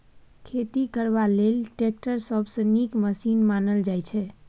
खेती करबा लेल टैक्टर सबसँ नीक मशीन मानल जाइ छै